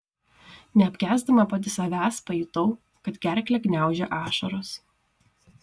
neapkęsdama pati savęs pajutau kad gerklę gniaužia ašaros